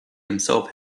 himself